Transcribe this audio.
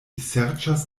serĉas